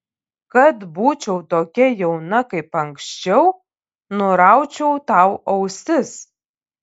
kad būčiau tokia jauna kaip anksčiau nuraučiau tau ausis